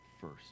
first